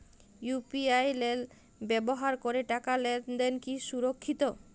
UPI ব্যবহার করে টাকা লেনদেন কি সুরক্ষিত?